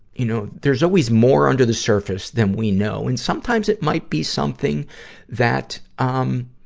you know, there's always more under the surface than we know. and sometimes it might be something that, um,